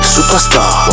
Superstar